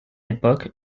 époque